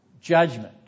judgment